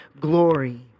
glory